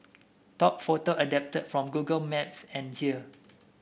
top photo adapted from Google Maps and here